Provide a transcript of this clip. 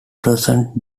present